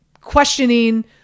questioning